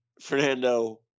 Fernando